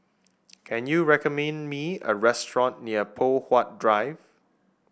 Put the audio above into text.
can you recommend me a restaurant near Poh Huat Drive